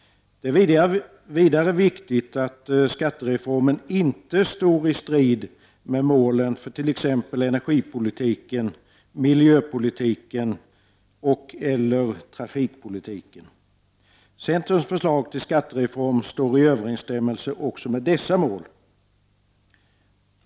Det är vidare viktigt att skattereformen inte står i strid med målen för t.ex. energi-, miljöeller trafikpolitiken. Centerns förslag till skattereform står i överensstämmelse också med dessa mål.